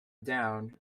down